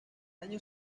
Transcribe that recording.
año